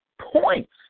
points